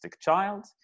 child